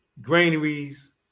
Granaries